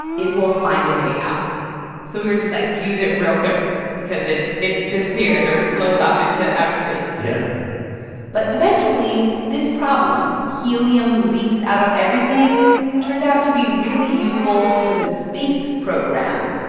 it will find a way out so we were just like, use it real quick because it it disappears or it floats off into outer space? yeah but eventually, this problem helium leaks out of everything turned out to be really useful for the space program.